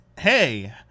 Hey